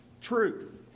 truth